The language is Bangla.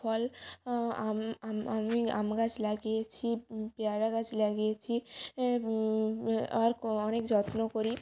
ফল আম আমি আম গাছ লাগিয়েছি পেয়ারা গাছ লাগিয়েছি আর অনেক যত্ন করি